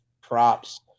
props